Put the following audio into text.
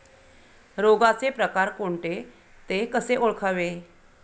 रोगाचे प्रकार कोणते? ते कसे ओळखावे?